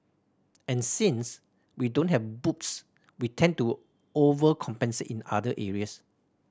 and since we don't have boobs we tend to overcompensate in other areas